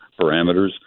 parameters